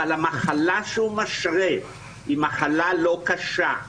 אבל המחלה שהוא משרה היא מחלה לא קשה.